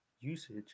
usage